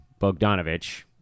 Bogdanovich